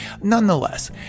Nonetheless